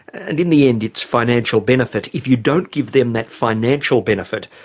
and in the end it's financial benefit, if you don't give them that financial benefit,